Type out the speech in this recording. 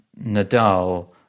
Nadal